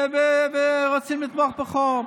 רוצים לתמוך בחוק.